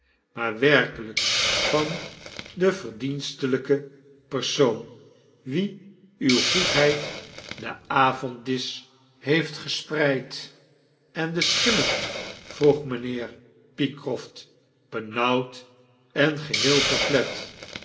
maar werkelijk van denverdienstelyken persoon wien uwe goedheid den avonddisch heeft gespreid en de schimmen vroeg mynheer pycroft benauwd en geheel